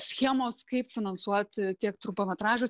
schemos kaip finansuoti tiek trumpametražius